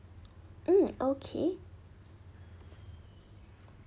mm okay